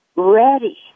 ready